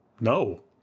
No